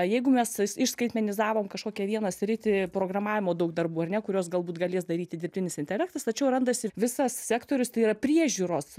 jeigu mes išskaitmenizavom kažkokią vieną sritį programavimo daug darbų ar ne kuriuos galbūt galės daryti dirbtinis intelektas tačiau randasi visas sektorius tai yra priežiūros